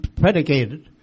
predicated